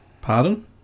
Pardon